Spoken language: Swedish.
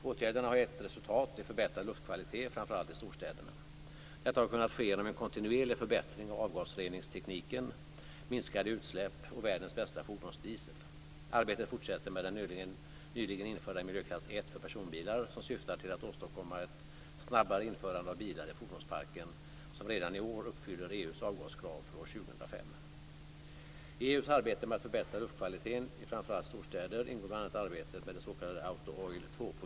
Åtgärderna har gett resultat i förbättrad luftkvalitet, framför allt i storstäderna. Detta har kunnat ske genom en kontinuerlig förbättring av avgasreningstekniken, minskade utsläpp och världens bästa fordonsdiesel. Arbetet fortsätter med den nyligen införda miljöklass 1 för personbilar som syftar till att åstadkomma ett snabbare införande av bilar i fordonsparken som redan i år uppfyller EU:s avgaskrav för år 2005. I EU:s arbete med att förbättra luftkvaliteten i framför allt storstäder ingår bl.a. arbetet med det s.k. Auto/oil II-programmet.